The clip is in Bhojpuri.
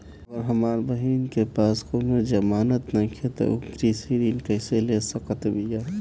अगर हमार बहिन के पास कउनों जमानत नइखें त उ कृषि ऋण कइसे ले सकत बिया?